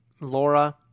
Laura